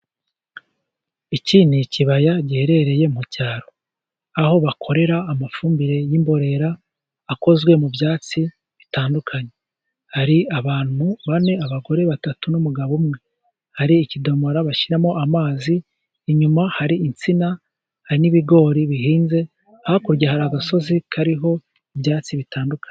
Iki ni ikibaya giherereye mu cyaro, aho bakorera amafumbire y'imborera akozwe mu byatsi bitandukanye, hari abantu bane abagore batatu n'umugabo umwe, hari ikidomora bashyiramo amazi, inyuma hari insina, hari n'ibigori bihinze, hakurya har'agasozi kariho ibyatsi bitandukanye.